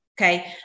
Okay